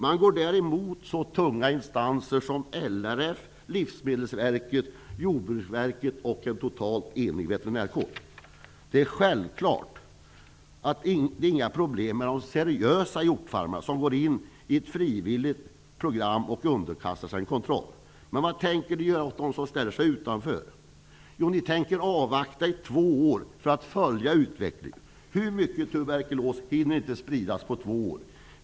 Därmed går man emot så tunga instanser som LRF, Livsmedelsverket, Jordbruksverket och en totalt enig veterinärkår. Självfallet är det inga problem med de seriösa hjortfarmarna, som går in i ett frivilligt program och underkastar sig kontroll. Men vad tänker ni göra åt dem som ställer sig utanför? Jo, ni tänker avvakta i två år för att följa utvecklingen. Hur mycket tuberkulos hinner inte spridas på två år?